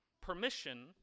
permission